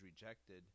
rejected